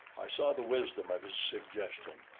i saw the wisdom of his suggestion,